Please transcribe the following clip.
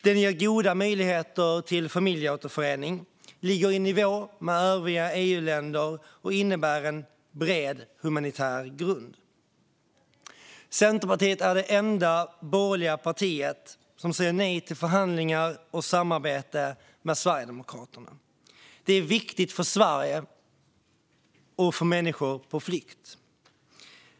Den ger goda möjligheter till familjeåterförening, ligger i nivå med övriga EU-länder och innebär en bred humanitär grund. Centerpartiet är det enda borgerliga parti som säger nej till förhandlingar och samarbete med Sverigedemokraterna. Detta är viktigt för Sverige och för människor på flykt.